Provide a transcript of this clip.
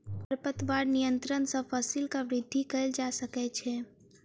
खरपतवार नियंत्रण सॅ फसीलक वृद्धि कएल जा सकै छै